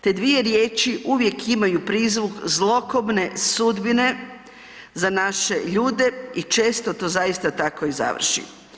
Te dvije riječi uvijek imaju prizvuk zlokobne sudbine za naše ljude i često to zaista tako i završi.